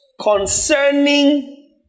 concerning